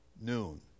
noon